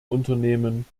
unternehmen